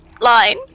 line